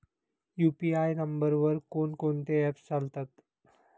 UPI नंबरवर कोण कोणते ऍप्स चालतात?